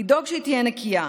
לדאוג שהיא תהיה נקייה.